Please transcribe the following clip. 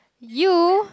you